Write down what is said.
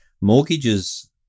Mortgages